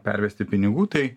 pervesti pinigų tai